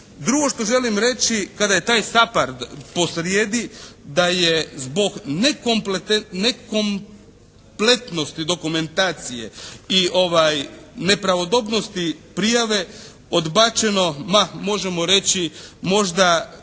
Drugo što želim reći kada je taj SAPARD posrijedi da je zbog nekompletnosti dokumentacije i nepravodobnosti prijave odbačeno pa možemo reći možda